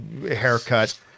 haircut